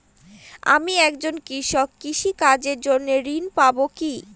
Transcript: আমি একজন কৃষক কৃষি কার্যের জন্য ঋণ পাব কি?